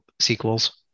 sequels